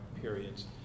periods